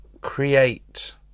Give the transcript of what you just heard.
create